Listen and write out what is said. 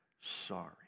sorry